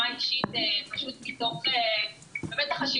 שאנחנו בלשכה של השר,